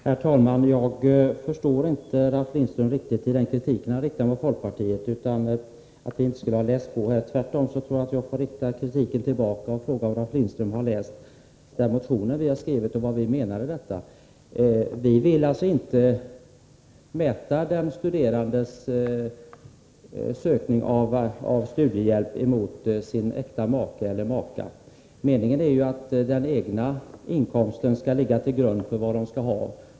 Herr talman! Jag kan inte riktigt förstå den kritik som Ralf Lindström riktar mot folkpartiet, att vi inte skulle ha läst på. Jag tror att jag får rikta kritiken tillbaka till Ralf Lindström och fråga om han har läst den motion vi har skrivit och förstått vad vi menar. Vi vill inte att den studerandes ansökan om studiehjälp skall prövas mot äkta makes eller makas ekonomiska förhållanden. Meningen är ju att den egna inkomsten skall ligga till grund för bidraget.